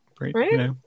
Right